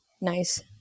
nice